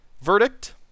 verdict